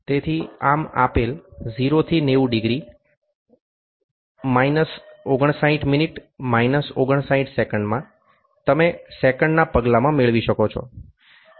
તેથી આમ આપેલ 0 થી 90 ડિગ્રી 59 મિનિટ 59 સેકંડમાં તમે સેકંડના પગલામાં મેળવી શકો છો